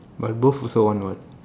but both also want what